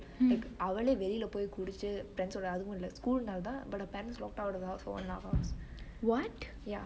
like அவளெ வெளில போய் குடிச்சு:avele velile poi kudichu friends ஓட அதுவு இல்ல:ode athuvu ille school நாள்தா:naal thaa but her parents locked her out of the house for one hour